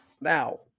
Now